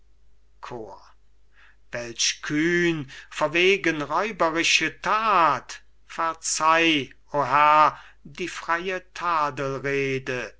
welch kühn verwegen räuberische that verzeih o herr die freie